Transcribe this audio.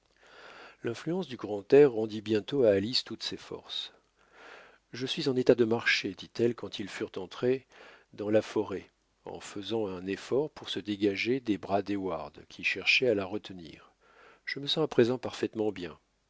l'influence du grand air rendit bientôt à alice toutes ses forces je suis en état de marcher dit-elle quand ils furent entrés dans la forêt en faisant un effort pour se dégager des bras d'heyward qui cherchait à la retenir je me sens à présent parfaitement bien